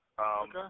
Okay